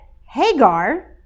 Hagar